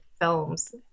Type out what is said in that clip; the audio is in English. films